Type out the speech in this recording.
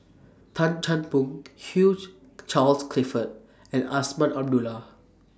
Tan Chan Boon Hugh Charles Clifford and Azman Abdullah